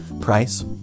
price